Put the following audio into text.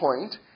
point